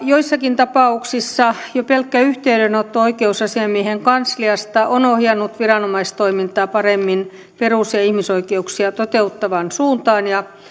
joissakin tapauksissa jo pelkkä yhteydenotto oikeusasiamiehen kansliasta on ohjannut viranomaistoimintaa paremmin perus ja ihmisoikeuksia toteuttavaan suuntaan ja